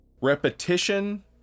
Repetition